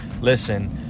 Listen